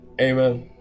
Amen